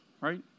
right